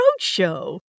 Roadshow